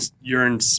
urine